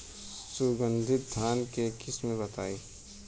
सुगंधित धान के किस्म बताई?